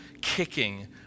kicking